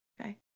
Okay